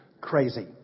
crazy